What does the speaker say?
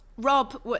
Rob